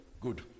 Good